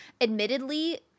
Admittedly